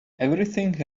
everything